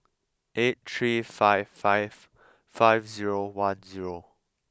eight three five five five zero one zero